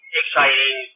exciting